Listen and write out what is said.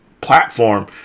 platform